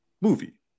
movie